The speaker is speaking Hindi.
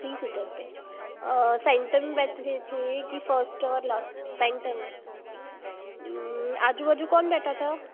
थ्री सीटर पर और सेंटर में बैठे थे की फर्स्ट और लास्ट सेंटर में आजू बाजू कौन बैठा था